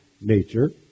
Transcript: nature